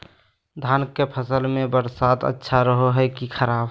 धान के फसल में बरसात अच्छा रहो है कि खराब?